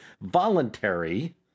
voluntary